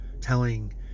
telling